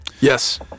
Yes